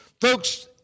folks